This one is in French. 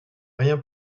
rien